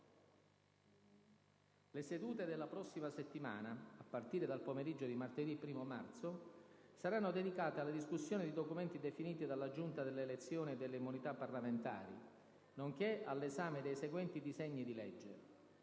Le sedute della prossima settimana, a partire dal pomeriggio di martedì 1° marzo, saranno dedicate alla discussione di documenti definiti dalla Giunta delle elezioni e delle immunità parlamentari, nonché all'esame dei seguenti disegni di legge: